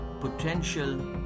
potential